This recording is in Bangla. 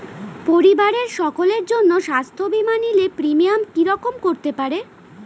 পরিবারের সকলের জন্য স্বাস্থ্য বীমা নিলে প্রিমিয়াম কি রকম করতে পারে?